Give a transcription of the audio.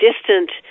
distant